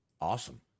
Awesome